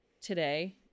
today